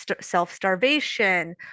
self-starvation